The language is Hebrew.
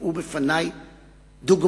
הובאו בפני דוגמאות